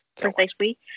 precisely